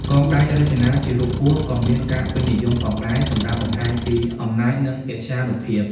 កងដៃរចនាជារូបពស់ក៏មានការពេញនិយមផងដែរសម្រាប់បង្ហាញពីអំណាចនិងកិត្យានុភាព។